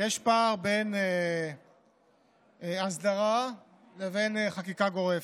יש פער בין הסדרה לבין חקיקה גורפת.